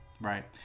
right